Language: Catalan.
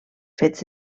fets